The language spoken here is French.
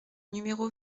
numéro